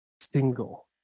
single